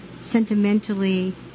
sentimentally